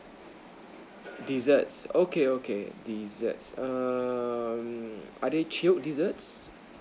desserts okay okay desserts err are there chilled dessert